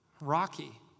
Rocky